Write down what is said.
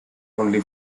only